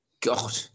God